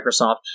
Microsoft